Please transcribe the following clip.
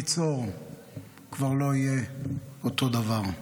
ליצור כבר לא יהיה אותו הדבר.